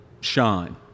shine